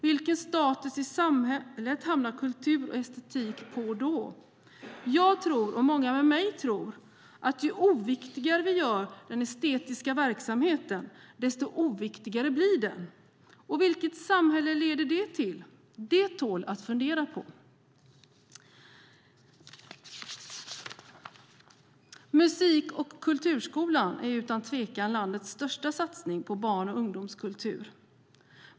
Vilken status i samhället får kultur och estetik då? Jag och många med mig tror att ju oviktigare vi gör den estetiska verksamheten, desto oviktigare blir den. Och vilket samhälle leder det till? Det tål att fundera på. Musik och kulturskolan är utan tvekan landets största satsning på barn och ungdomskultur.